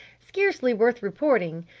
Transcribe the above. scarcely worth reporting!